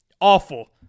awful